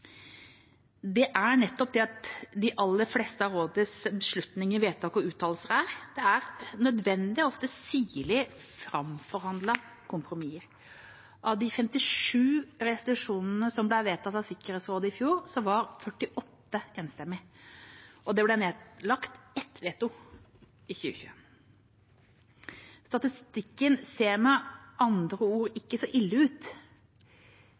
Det er nettopp det de aller fleste av rådets beslutninger, vedtak og uttalelser er – et nødvendig og ofte sirlig framforhandlet kompromiss. Av de 57 resolusjonene som ble vedtatt av Sikkerhetsrådet i fjor, var 48 enstemmige. Det ble nedlagt ett veto i 2021. Statistikken ser med andre ord ikke så ille ut,